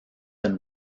than